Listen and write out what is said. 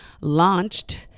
launched